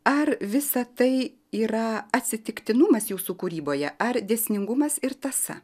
ar visa tai yra atsitiktinumas jūsų kūryboje ar dėsningumas ir tąsa